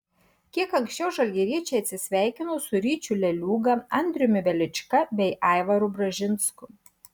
kiek anksčiau žalgiriečiai atsisveikino su ryčiu leliūga andriumi velička bei aivaru bražinsku